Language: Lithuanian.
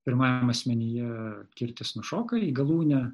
pirmajam asmenyje kirtis nušoka į galūnę